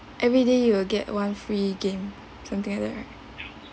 everyday you will get one free game something like that right